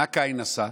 מה קין עשה?